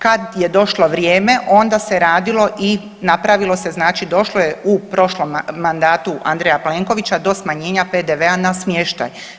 Kad je došlo vrijeme onda se radilo i napravilo se znači došlo je u prošlom mandatu Andreja Plenkovića do smanjenja PDV-a na smještaj.